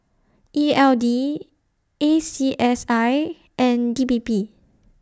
E L D A C S I and D P P